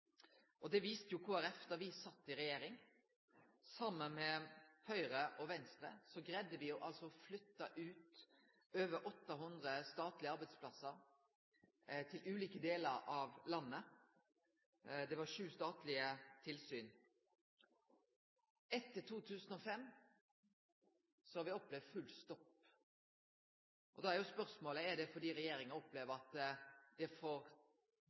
bruk. Det viste me i Kristeleg Folkeparti da me sat i regjering. Saman med Høgre og Venstre greidde me å flytte ut over 800 statlege arbeidsplassar til ulike delar av landet. Det var sju statlege tilsyn. Etter 2005 har me opplevd full stopp. Da er spørsmålet: Er det fordi regjeringa opplever at det er for